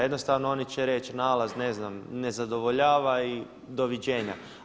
Jednostavno oni će reći nalaz ne znam ne zadovoljava i doviđenja.